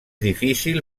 difícil